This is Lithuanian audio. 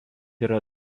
yra